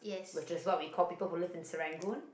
which is what we call people who live in Serangoon